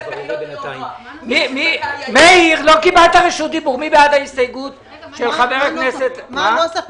אם יש --- מי בעד ההסתייגות של חבר הכנסת --- מה הנוסח?